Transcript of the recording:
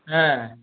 ஆ